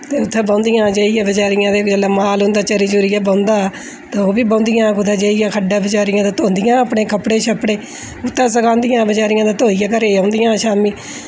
ते उत्थै बौंह्दियां हियां बेचारियां ते माल उं'दा चरी चुरियै बौंह्दा हा ओ्ह् बी बौंह्दियां जाइयै खड्डा बेचारियां ते धोंदियां हियां अपने कपड़े शपड़े उत्थै सकांदियां बेचारियां ते धोइयै घरै ई औदियां हा शामी